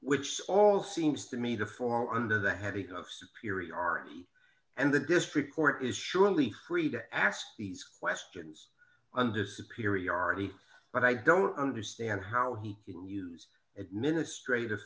which all seems to me to form under the heading of superiority and the district court is surely free to ask these questions under superiority but i don't understand how he can use administrative